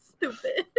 Stupid